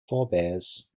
forebears